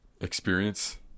experience